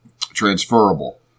transferable